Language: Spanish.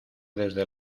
desde